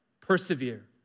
persevere